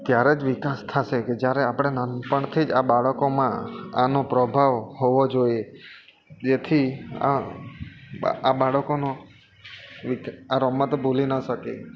ત્યારે જ વિકાસ થશે કે જ્યારે આપણે નાનપણથી જ બાળકોમાં આનો પ્રભાવ હોવો જોઈએ જેથી આ બાળકોનો આ રમતો ભૂલી ના શકે